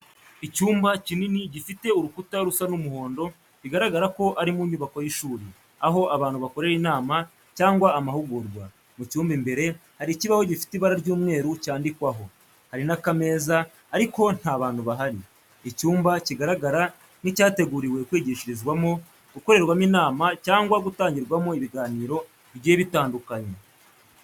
Icyumba kinini gifite urukuta rusa n'umuhondo, bigaragara ko ari mu nyubako y’ishuri, aho abantu bakorera inama cyangwa amahugurwa. Mu cyumba imbere hari ikibaho gifite ibara ry’umweru cyandikwaho, hari n’akameza, ariko nta bantu bahari. Icyumba kigaragara nk’icyateguriwe kwigishirizwamo, gukorerwamo inama cyangwa gutangirwamo ibiganiro bigiye bitandukanye.